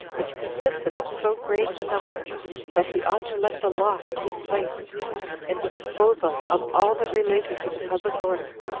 which consisted of so great a number that he ought to let the law take place in the disposal of all that related to the public order,